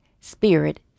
spirit